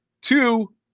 two